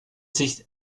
sich